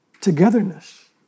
togetherness